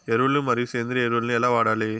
ఎరువులు మరియు సేంద్రియ ఎరువులని ఎలా వాడాలి?